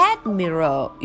Admiral